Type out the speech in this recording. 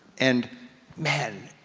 and man,